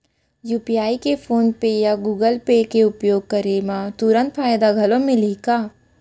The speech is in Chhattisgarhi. यू.पी.आई के फोन पे या गूगल पे के उपयोग करे म तुरंत फायदा घलो मिलही का?